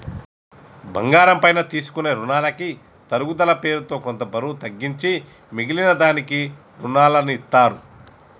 బంగారం పైన తీసుకునే రునాలకి తరుగుదల పేరుతో కొంత బరువు తగ్గించి మిగిలిన దానికి రునాలనిత్తారు